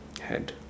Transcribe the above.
head